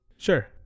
sure